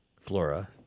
flora